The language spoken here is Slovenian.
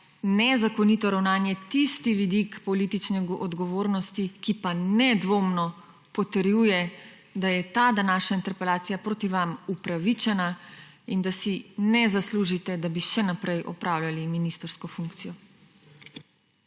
nezakonito ravnanje tisti vidik politične odgovornosti, ki pa nedvomno potrjuje, da je ta današnja interpelacija proti vam upravičena in da si ne zaslužite, da bi še naprej opravljali ministrsko funkcijo.